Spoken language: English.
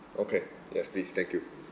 okay yes please thank you